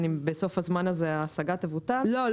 אם בסוף הזמן הזה ההשגה תבוטל --- לא.